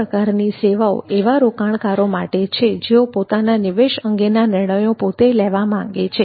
આ પ્રકારની સેવાઓ એવા રોકાણકારો માટે છે જેઓ પોતાના નિવેશ અંગેના નિર્ણયો પોતે લેવા માંગે છે